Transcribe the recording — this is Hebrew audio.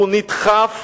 הוא נדחף